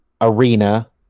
arena